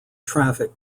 traffic